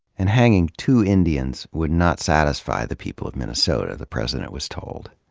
and hanging two ind ians would not satisfy the people of minnesota, the president was told.